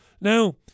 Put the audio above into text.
Now